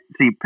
See